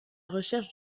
recherche